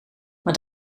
maar